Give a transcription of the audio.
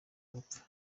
gupfa